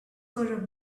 were